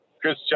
Chris